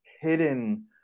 hidden